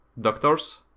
doctors